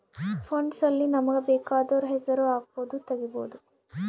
funds ಅಲ್ಲಿ ನಮಗ ಬೆಕಾದೊರ್ ಹೆಸರು ಹಕ್ಬೊದು ತೆಗಿಬೊದು